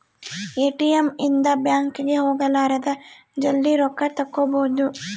ATM ಇಂದ bank ಗೆ ಹೋಗಲಾರದ ಜಲ್ದೀ ರೊಕ್ಕ ತೆಕ್ಕೊಬೋದು